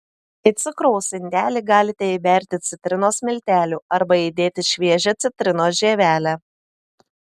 į cukraus indelį galite įberti citrinos miltelių arba įdėti šviežią citrinos žievelę